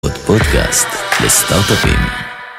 עוד פודקאסט לסטארט-אפים